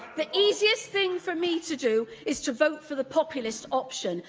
the easiest thing for me to do is to vote for the populist option.